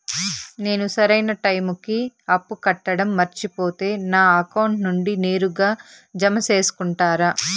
నేను సరైన టైముకి అప్పు కట్టడం మర్చిపోతే నా అకౌంట్ నుండి నేరుగా జామ సేసుకుంటారా?